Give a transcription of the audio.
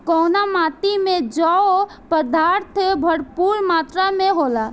कउना माटी मे जैव पदार्थ भरपूर मात्रा में होला?